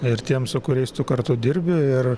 ir tiem su kuriais tu kartu dirbi ir